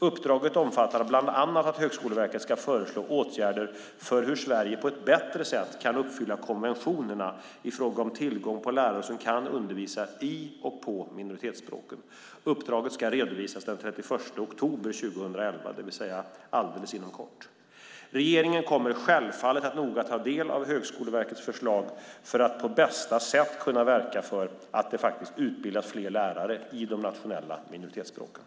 Uppdraget omfattar bland annat att Högskoleverket ska föreslå åtgärder för hur Sverige på ett bättre sätt kan uppfylla konventionerna i fråga om tillgång på lärare som kan undervisa i och på minoritetsspråken. Uppdraget ska redovisas den 31 oktober 2011, det vill säga inom helt kort. Regeringen kommer självfallet att noga ta del av Högskoleverkets förslag för att på bästa sätt kunna verka för att det utbildas lärare i de nationella minoritetsspråken.